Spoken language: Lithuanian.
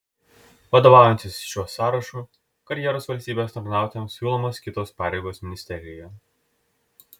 vadovaujantis šiuo sąrašu karjeros valstybės tarnautojams siūlomos kitos pareigos ministerijoje